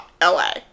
LA